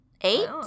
eight